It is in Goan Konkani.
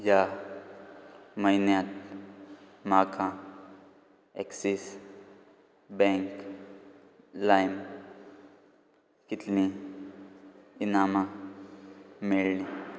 ह्या म्हयन्यांत म्हाका एक्सीस बँक लायम कितलीं इनामां मेळ्ळीं